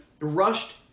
rushed